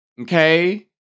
Okay